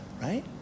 right